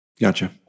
Gotcha